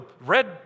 red